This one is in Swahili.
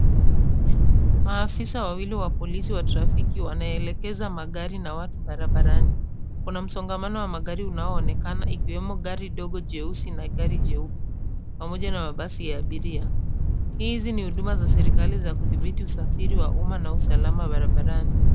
Maafisa wawili wa polisi wa trafiki wanaelekeza magari na watu barabarani. Kuna msongamano wa magari unaoonekana ikiwemo gari dogo jeusi na gari jeupe pamoja na mabasi ya abiria. Hizi ni huduma za serekali za kidhibiti usafiri wa umma na usalama barabarani.